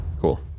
cool